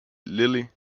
lilly